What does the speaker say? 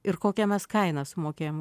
ir kokią mes kainą sumokėjom